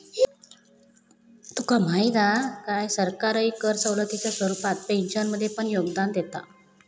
तुका माहीत हा काय, सरकारही कर सवलतीच्या स्वरूपात पेन्शनमध्ये पण योगदान देता